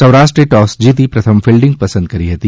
સૌરાષ્ટ્રે toss જીતી પ્રથમ fielding પસંદ કરી હતી